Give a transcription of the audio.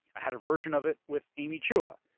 i had a version of it with amy chua,